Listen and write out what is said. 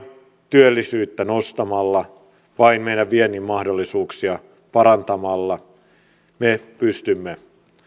työllisyyttä nostamalla vain meidän viennin mahdollisuuksia parantamalla me pystymme